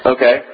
Okay